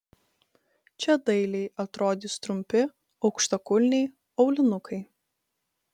čia dailiai atrodys trumpi aukštakulniai aulinukai